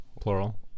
Plural